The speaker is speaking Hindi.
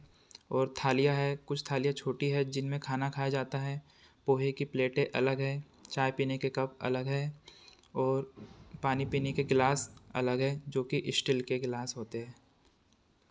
और थालियाँ हैं कुछ थालियाँ छोटी हैं जिनमें खाना खाया जाता है पोहे की प्लेटे अलग हैं चाय पीने के कप अलग हैं और पानी पीने के गिलास अलग हैं जो कि इस्टील के ग्लाँस होते हैं